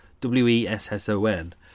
w-e-s-s-o-n